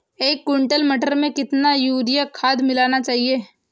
एक कुंटल मटर में कितना यूरिया खाद मिलाना चाहिए?